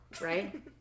right